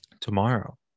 tomorrow